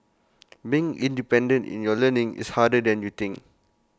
being independent in your learning is harder than you think